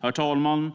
Herr talman!